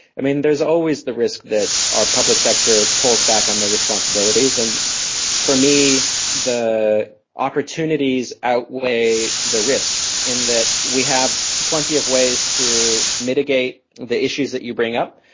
i mean, there's always the risk that our public sector pulls back on their responsibilities, and for me the opportunities outweigh the risks in that we have plenty of ways to mitigate the issues that you bring up,